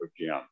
again